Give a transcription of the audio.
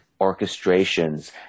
orchestrations